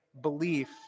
belief